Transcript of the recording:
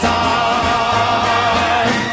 time